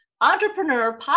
entrepreneur